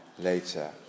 later